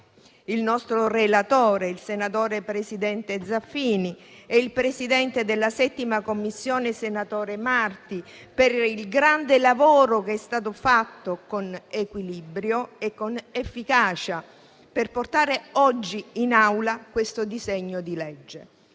il nostro relatore, il senatore e presidente Zaffini, e il presidente della 7a Commissione, senatore Marti, per il grande lavoro che è stato fatto con equilibrio e con efficacia per portare oggi in Aula questo disegno di legge.